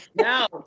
No